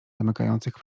zamykających